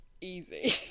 easy